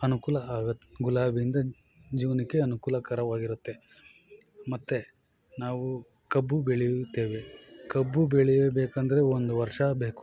ಅನುಕೂಲ ಆಗುತ್ತೆ ಗುಲಾಬಿಯಿಂದ ಜೀವನಕ್ಕೆ ಅನುಕೂಲಕರವಾಗಿರುತ್ತೆ ಮತ್ತೆ ನಾವು ಕಬ್ಬು ಬೆಳೆಯುತ್ತೇವೆ ಕಬ್ಬು ಬೆಳೆಯಬೇಕೆಂದ್ರೆ ಒಂದು ವರ್ಷ ಬೇಕು